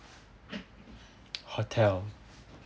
hotel